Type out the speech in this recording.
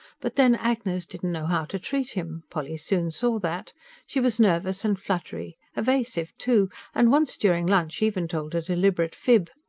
but then agnes didn't know how to treat him, polly soon saw that she was nervous and fluttery evasive, too and once during lunch even told a deliberate fib.